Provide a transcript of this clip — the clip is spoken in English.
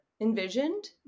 envisioned